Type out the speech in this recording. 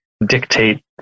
dictate